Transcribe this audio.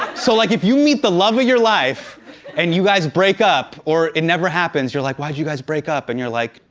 so like, if you meet the love of your life and you guys break up or it never happens, you're like, why'd you guys break up, and you're like,